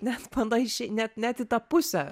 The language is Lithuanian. net panašiai net net į tą pusę